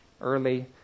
early